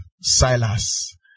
Silas